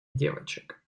девочек